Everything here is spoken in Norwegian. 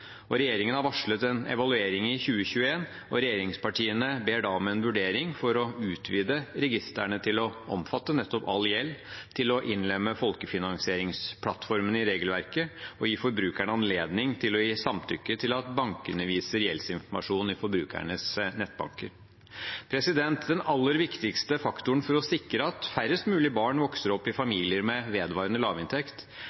Regjeringen har varslet en evaluering i 2021, og regjeringspartiene ber da om en vurdering for å utvide registrene til å omfatte nettopp all gjeld, til å innlemme folkefinansieringsplattformen i regelverket og gi forbrukerne anledning til å gi samtykke til at bankene viser gjeldsinformasjon i forbrukernes nettbanker. Den aller viktigste faktoren for å sikre at færrest mulig barn vokser opp i